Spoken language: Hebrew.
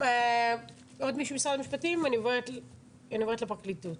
אני עוברת לפרקליטות.